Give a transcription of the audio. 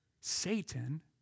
Satan